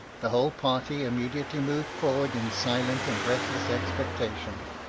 the whole party immediately moved forward in silent and breathless expectation,